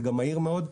זה גם מהיר מאוד,